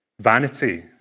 Vanity